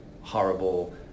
horrible